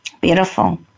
Beautiful